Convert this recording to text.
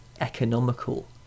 economical